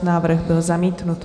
Návrh byl zamítnut.